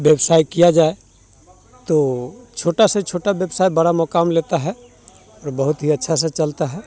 व्यवसाय किया जाए तो छोटा से छोटा व्यवसाय बड़ा मुकाम लेता है और बहुत ही अच्छा से चलता है